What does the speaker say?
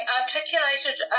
articulated